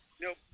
Nope